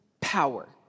power